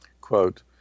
Quote